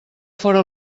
fóra